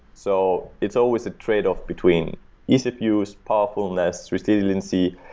so it's always a tradeoff between ease of use, powerfulness, resiliency.